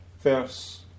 verse